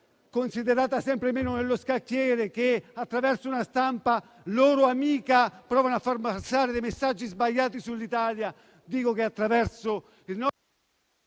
considerata sempre meno nello scacchiere e che, attraverso una stampa loro amica, provano a far passare messaggi sbagliati sul